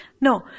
No